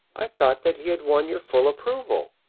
i thought that he had won your full approval.